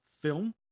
film